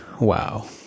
Wow